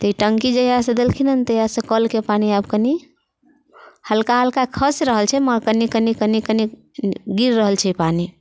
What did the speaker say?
ई टङ्की जहियासँ देलखिन हँ तहियासँ कलके पानि आब कनी हल्का हल्का खसि रहल छै मगर कनी कनी कनी गिर रहल छै पानि